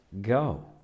go